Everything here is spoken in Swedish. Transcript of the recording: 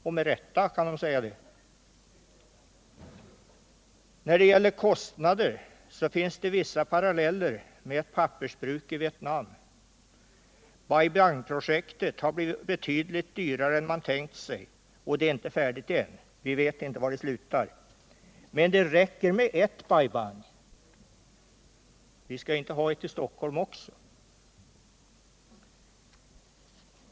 När det gäller kostnaderna företer det här projektet vissa likheter med ett pappersbruk i Vietnam. Bai Bang-projektet har blivit betydligt dyrare än man tänkt sig, och det är inte färdigt än. Vi vet inte var det slutar. Men det räcker med ert Bai Bang — vi skall inte ha ett i Stockholm också.